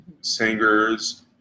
singers